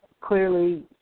clearly